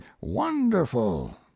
wonderful